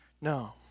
No